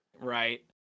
right